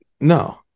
No